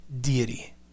deity